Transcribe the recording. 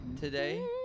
today